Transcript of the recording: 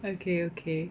okay okay